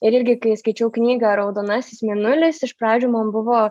ir irgi kai skaičiau knygą raudonasis mėnulis iš pradžių man buvo